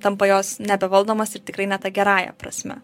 tampa jos nebevaldomos ir tikrai ne ta gerąja prasme